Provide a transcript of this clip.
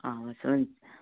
अँ हवस् हुन्छ